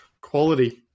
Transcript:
quality